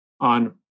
on